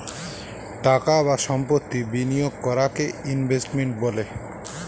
টাকা বা সম্পত্তি বিনিয়োগ করাকে ইনভেস্টমেন্ট বলে